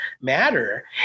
matter